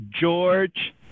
George